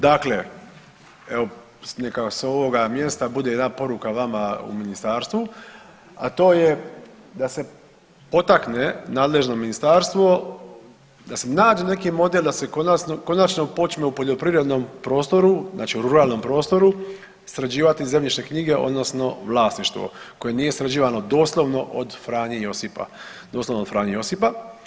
Dakle, evo neka sa ovoga mjesta bude jedna poruka vama u Ministarstvu, a to je da se potakne nadležno ministarstvo da se nađe neki model da se konačno počne u poljoprivrednom prostoru, znači u ruralnom prostoru sređivati zemljišne knjige odnosno vlasništvo koje nije sređivano doslovno od Franje Josipa, doslovno od Franje Josipa.